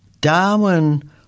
Darwin